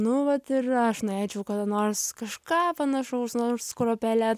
nu vat ir aš norėčiau kada nors kažką panašaus nors kruopele